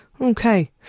Okay